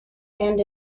and